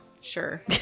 Sure